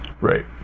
right